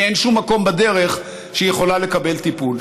כי אין שום מקום בדרך שהיא יכולה לקבל טיפול?